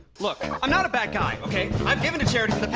look, i'm not a bad guy, okay? i've given to charities